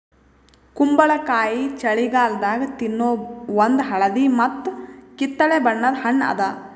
ಕುಂಬಳಕಾಯಿ ಛಳಿಗಾಲದಾಗ ತಿನ್ನೋ ಒಂದ್ ಹಳದಿ ಮತ್ತ್ ಕಿತ್ತಳೆ ಬಣ್ಣದ ಹಣ್ಣ್ ಅದಾ